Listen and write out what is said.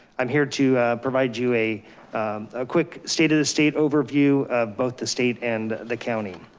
i'm here to provide you a a quick state of the state overview of both the state and the county.